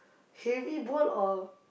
heavy ball or